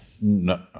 no